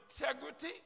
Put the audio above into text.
integrity